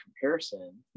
comparison